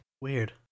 Weird